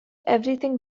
everything